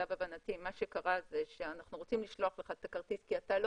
למיטב הבנתי מה שקרה זה שאנחנו רוצים לשלוח לך את הכרטיס כי אתה לא